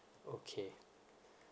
okay